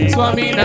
Swami